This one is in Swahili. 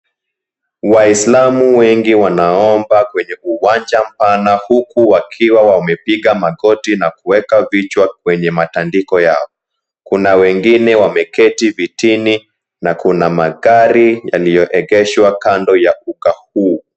Waislamu wengi wanaomba kwenye uwanja mpana, huku wakiwa wamepiga magoti huku wakiweka vichwa kwenye matandiko yao, kuna wengine wameketi vitini na kuna magari yaliyoegeshwa kando ya uga huu.